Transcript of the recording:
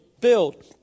build